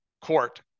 court